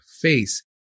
face